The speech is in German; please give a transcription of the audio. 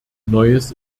neues